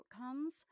outcomes